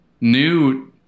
new